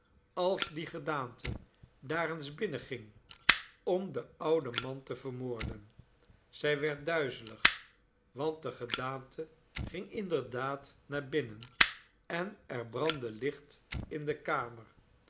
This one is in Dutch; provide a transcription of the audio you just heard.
als die gedaante daar eens binnenging om den ouden man te vermoorden i zij werd duizelig want de gedaante ging inderdaad naar binnen en er brandde licht in de kamer